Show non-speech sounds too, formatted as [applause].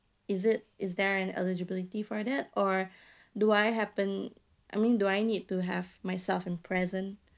is it is there an eligibility for that or [breath] do I happen I mean do I need to have myself in present